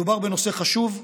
מדובר בנושא חשוב,